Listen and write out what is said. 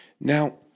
Now